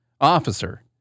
officer